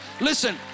Listen